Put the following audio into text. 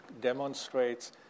demonstrates